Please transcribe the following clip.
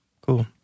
Cool